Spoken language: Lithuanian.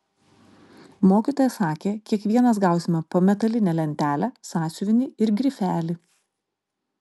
mokytoja sakė kiekvienas gausime po metalinę lentelę sąsiuvinį ir grifelį